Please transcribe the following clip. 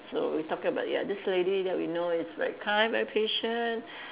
so we talking about ya this lady that we know is very kind very patient